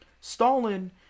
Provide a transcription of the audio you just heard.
Stalin